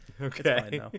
Okay